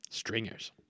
Stringers